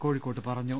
കോഴിക്കോട്ട് പറഞ്ഞു